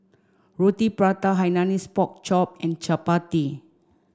Roti Prata Hainanese Pork Chop and Chappati